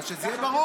אז שזה יהיה ברור.